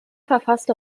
verfasste